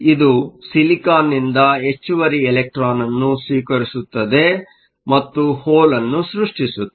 ಇದು ಸಿಲಿಕಾನ್ ನಿಂದ ಹೆಚ್ಚುವರಿ ಇಲೆಕ್ಟ್ರಾನ್ ಅನ್ನು ಸ್ವೀಕರಿಸುತ್ತದೆ ಮತ್ತು ಹೋಲ್Hole ಅನ್ನು ಸೃಷ್ಟಿಸುತ್ತದೆ